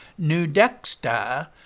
Nudexta